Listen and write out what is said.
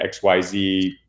xyz